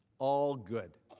all good.